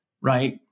right